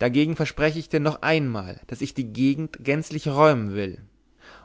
dagegen verspreche ich dir noch einmal daß ich die gegend gänzlich räumen will